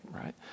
right